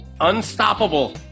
Unstoppable